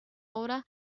obra